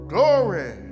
Glory